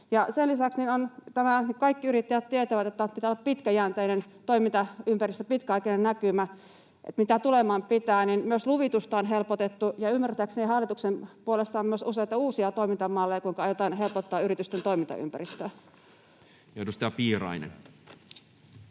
minkä kaikki yrittäjät tietävät, että pitää olla pitkäjänteinen toimintaympäristö, pitkäaikainen näkymä siitä, mitä tuleman pitää, niin että myös luvitusta on helpotettu, ja ymmärtääkseni hallituksen puolesta on myös useita uusia toimintamalleja, kuinka aiotaan helpottaa yritysten toimintaympäristöä. [Speech